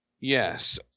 Yes